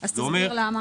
אז תסביר למה.